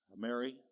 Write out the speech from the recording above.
Mary